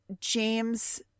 James